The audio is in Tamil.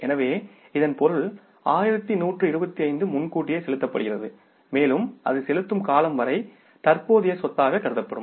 எனவே இதன் பொருள் 1125 க்கு முன்கூட்டியே செலுத்தப்படுகிறது மேலும் அது செலுத்தும் காலம் வரை தற்போதைய சொத்தாக கருதப்படும்